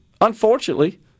unfortunately